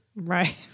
Right